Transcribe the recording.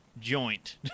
joint